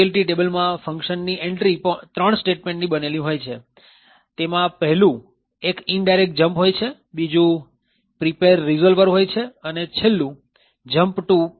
PLT ટેબલમાં function ની entry ત્રણ સ્ટેટમેન્ટ ની બનેલી હોય છે તેમાં પહેલું એક Indirect Jump હોય છે બીજું prepare resolver હોય છે અને છેલ્લું Jump to PLT0 હોય છે